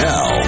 Now